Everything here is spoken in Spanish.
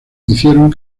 hicieron